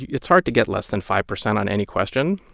it's hard to get less than five percent on any question.